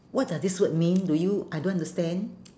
what does this word mean do you I don't understand